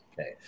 Okay